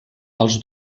els